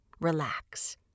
relax